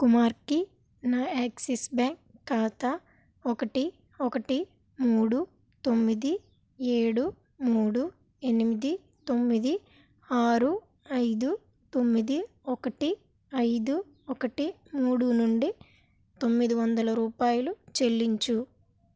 కుమార్కి నా Axis bank ఖాతా ఒకటి ఒకటి మూడు తొమ్మిది ఏడు మూడు ఎనిమిది తొమ్మిది ఆరు ఐదు తొమ్మిది ఒకటి ఐదు ఒకటి మూడు నుండి తొమ్మిది వందల రూపాయలు చెల్లించుము